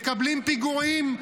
מקבלים פיגועים.